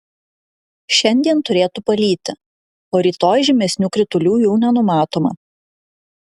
šiandien turėtų palyti o rytoj žymesnių kritulių jau nenumatoma